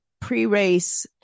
pre-race